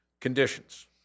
conditions